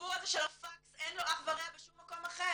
הסיפור הזה של הפקס אין לו אח ורע בשום מקום אחר.